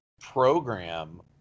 program